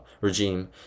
regime